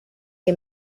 que